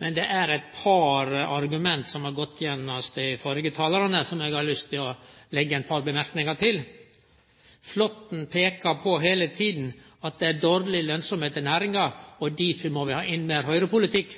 Men det er eit par argument som har gått igjen hos dei førre talarane, som eg har lyst til å kome med eit par merknadar til. Flåtten peikte heile tida på at det er dårleg lønnsemd i næringa, og difor må vi ha inn meir høgrepolitikk.